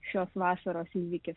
šios vasaros įvykis